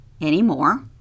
anymore